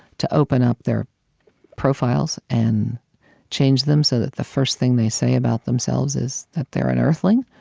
to open up their profiles and change them so that the first thing they say about themselves is that they're an earthling,